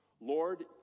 Lord